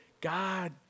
God